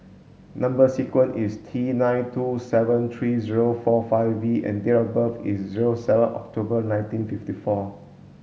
number sequence is T nine two seven three zero four five V and date of birth is zero seven October nineteen fifty four